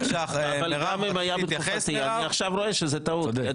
גם אם היה בתקופתי, עכשיו אני רואה שזאת טעות.